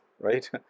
right